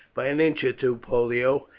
by an inch or two, pollio.